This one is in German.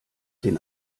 den